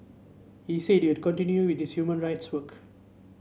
he said he would continue with his human rights work